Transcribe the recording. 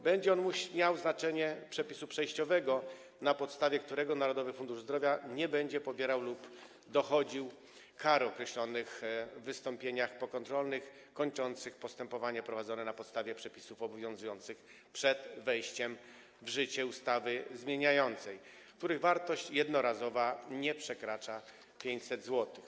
Będzie on miał znaczenie przepisu przejściowego, na podstawie którego Narodowy Fundusz Zdrowia nie będzie pobierał lub dochodził kar określonych w wystąpieniach pokontrolnych kończących postępowanie prowadzone na podstawie przepisów obowiązujących przed wejściem w życie ustawy zmieniającej, których wysokość jednorazowa nie przekracza 500 zł.